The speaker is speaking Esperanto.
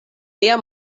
lia